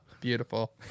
beautiful